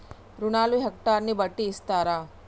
రుణాలు హెక్టర్ ని బట్టి ఇస్తారా?